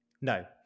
No